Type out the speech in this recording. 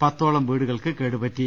പത്തോളം വീടുകൾക്ക് കേടുപറ്റി